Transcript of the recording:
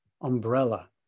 umbrella